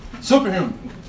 Superhuman